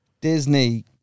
Disney